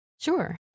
Sure